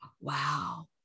wow